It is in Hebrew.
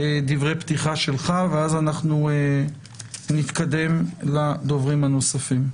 דברי פתיחה שלך ואז אנחנו נתקדם לדוברים הנוספים.